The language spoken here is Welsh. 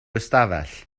ystafell